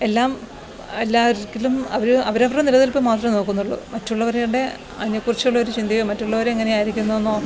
എല്ലാം എല്ലാത്തിലും അവർ അവരവരുടെ നിലനിൽപ്പു മാത്രമേ നോക്കുന്നുള്ളു മറ്റുള്ളവരുടെ അതിനെക്കുറിച്ചുള്ളൊരു ചിന്തയോ മറ്റുള്ളവരെങ്ങനെ ആയിരിക്കുന്നെന്നോ